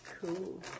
Cool